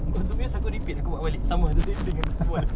equal to waste aku repeat aku buat balik sama the same thing aku buat